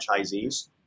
franchisees